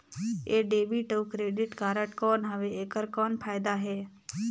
ये डेबिट अउ credit card कौन हवे एकर कौन फाइदा हे?